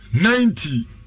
ninety